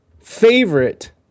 favorite